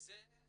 זו